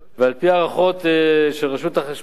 ועל-פי הערכות של רשות החשמל,